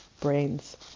brains